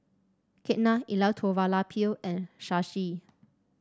Ketna Elattuvalapil and Shashi